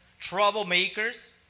troublemakers